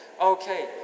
Okay